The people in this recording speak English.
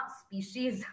species